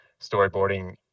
storyboarding